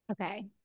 Okay